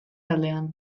aldean